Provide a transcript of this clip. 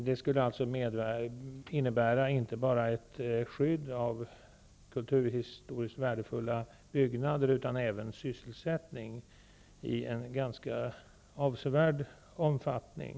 Det skulle innebära inte bara ett skydd av kulturhistoriskt värdefulla byggnader utan även sysselsättning i en ganska avsevärd omfattning.